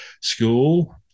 school